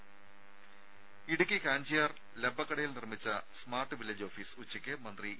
രുമ ഇടുക്കി കാഞ്ചിയാർ ലബ്ബക്കടയിൽ നിർമ്മിച്ച സ്മാർട്ട് വില്ലേജ് ഓഫീസ് ഉച്ചയ്ക്ക് മന്ത്രി ഇ